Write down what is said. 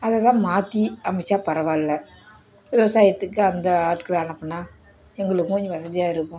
அது தான் மாற்றி அமைச்சால் பரவால்லை விவசாயத்துக்கு அந்த ஆட்களை அனுப்பினா எங்களுக்கும் கொஞ்சம் வசதியாக இருக்கும்